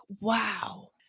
wow